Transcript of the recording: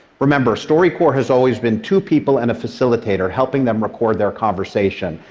remember, storycorps has always been two people and a facilitator helping them record their conversation,